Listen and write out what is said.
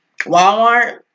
Walmart